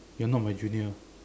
you're not my junior